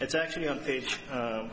it's actually on page